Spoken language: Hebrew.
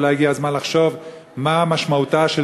אולי הגיע הזמן לחשוב מה משמעותה של